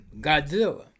Godzilla